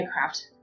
aircraft